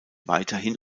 weiterhin